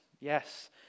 yes